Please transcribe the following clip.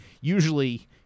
usually